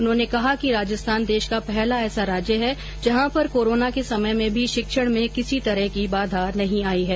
उन्होंने कहा कि राजस्थान देश का पहला ऐसा राज्य है जहां पर कोरोना के समय में भी शिक्षण में किसी तरह की बाघा नहीं आयी है